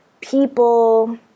people